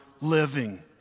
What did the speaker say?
living